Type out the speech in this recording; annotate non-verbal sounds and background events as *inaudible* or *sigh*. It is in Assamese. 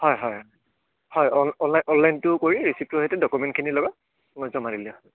হয় হয় হয় হয় অন অনলাইন অনলাইনটো কৰি ৰিচিপ্টটোৰ সৈতে ডকুমেণ্টখিনিৰ *unintelligible* মই জমা দিলে হয়